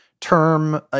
term